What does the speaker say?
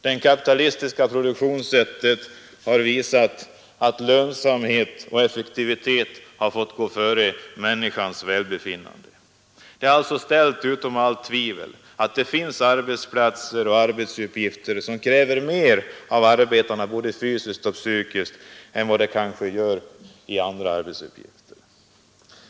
Det kapitalistiska produktionssättet har visat att lönsamhet och effektivitet fått gå före människors välbefinnande. Det är alltså ställt utom allt tvivel att vissa typer av arbetsplatser och arbetsuppgifter kräver mera av arbetarna både fysiskt och psykiskt än vad andra gör.